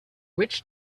witch